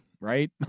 Right